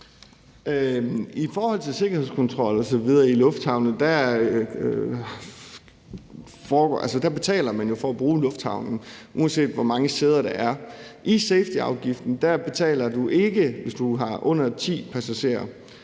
I forhold til det med sikkerhedskontrol osv. i lufthavne betaler man jo for at bruge lufthavnen, uanset hvor mange sæder der er. I safetyafgiften betaler du ikke, hvis du har under ti passagerer.